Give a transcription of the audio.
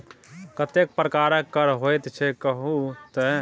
कतेक प्रकारक कर होइत छै कहु तए